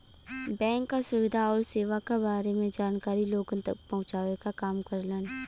bank क सुविधा आउर सेवा क बारे में जानकारी लोगन तक पहुँचावे क काम करेलन